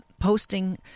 posting